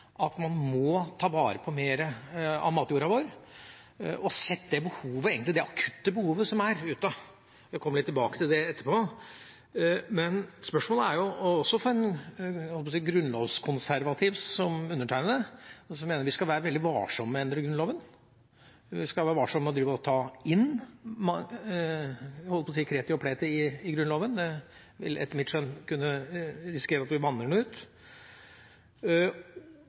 at man må ta vare på mer av matjorda vår, og sett det egentlig akutte behovet som er ute. Jeg kommer litt tilbake til det etterpå. Men spørsmålet er, i hvert fall kan man – også en, jeg holdt på å si, grunnlovskonservativ som undertegnede, som mener vi skal være veldig varsomme med å endre Grunnloven, vi skal være veldig varsomme med å ta inn kreti og pleti i Grunnloven, for da vil vi etter mitt skjønn kunne risikere at vi vanner den ut